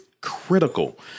critical